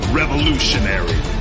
revolutionary